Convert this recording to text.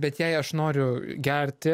bet jei aš noriu gerti